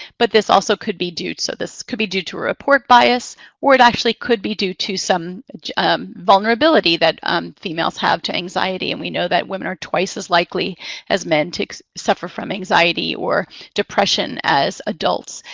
but this also could be due to so this could be due to a report bias or it actually could be due to some vulnerability that um females have to anxiety, and we know that women are twice as likely as men to suffer from anxiety or depression as adults.